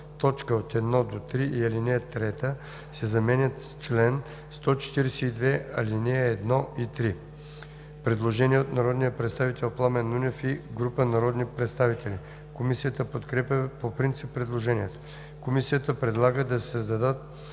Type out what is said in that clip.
1, т. 1 – 3 и ал. 3“ се заменят с „чл. 142, ал. 1 и 3.“ Предложение от народния представител Пламен Нунев и група народни представители. Комисията подкрепя по принцип предложението. Комисията предлага да се създадат